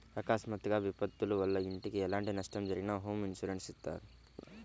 అకస్మాత్తుగా విపత్తుల వల్ల ఇంటికి ఎలాంటి నష్టం జరిగినా హోమ్ ఇన్సూరెన్స్ ఇత్తారు